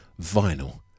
Vinyl